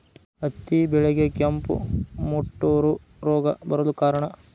ಹತ್ತಿ ಬೆಳೆಗೆ ಕೆಂಪು ಮುಟೂರು ರೋಗ ಬರಲು ಕಾರಣ?